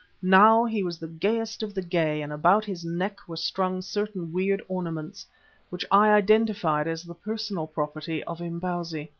now he was the gayest of the gay, and about his neck were strung certain weird ornaments which i identified as the personal property of imbozwi.